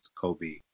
Kobe